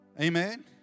Amen